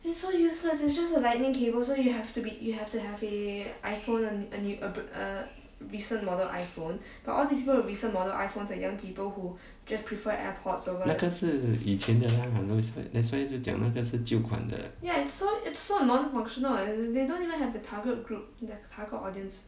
那个是以前的 ha I know that's why 就是讲了是旧款的